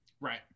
Right